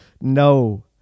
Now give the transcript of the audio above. no